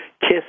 Kiss